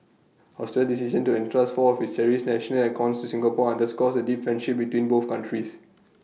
Australia's decision to entrust four of its cherished national icons to Singapore underscores the deep friendship between both countries